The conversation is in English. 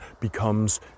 becomes